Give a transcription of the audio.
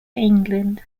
england